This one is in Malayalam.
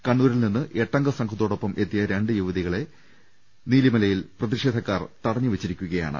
കണ്ണൂരിൽ നിന്ന് എട്ടംഗ സംഘത്തോടൊപ്പം എത്തിയ രണ്ട് യുവതി കളെ നീലിമലയിൽ പ്രതിഷേധക്കാർ തടഞ്ഞുവച്ചിരിക്കുകയാണ്